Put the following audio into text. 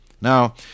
Now